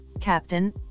Captain